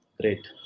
Great